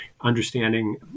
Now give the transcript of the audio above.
understanding